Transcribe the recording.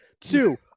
Two